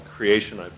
Creation